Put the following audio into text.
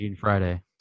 friday